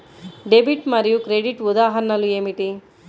Debit మరియు credit ఉదాహరణలు ఏమిటీ?